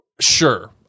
Sure